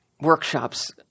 workshops